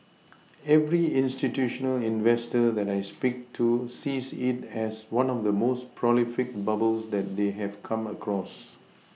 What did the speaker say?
every institutional investor that I speak to sees it as one of the most prolific bubbles that they have come across